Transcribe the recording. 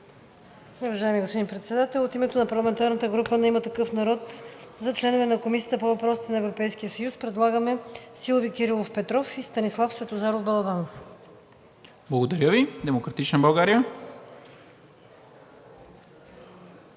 Благодаря Ви. „Демократична България“?